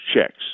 checks